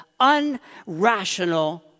unrational